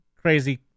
crazy